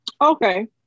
Okay